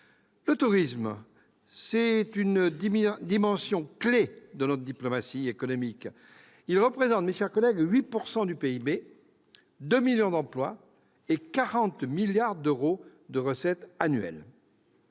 Le tourisme est une dimension clef de notre diplomatie économique. Il représente 8 % du PIB, 2 millions d'emplois et 40 milliards d'euros de recettes annuelles.